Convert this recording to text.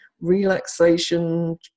relaxation